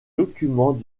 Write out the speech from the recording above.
documents